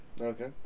Okay